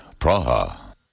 Praha